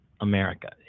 America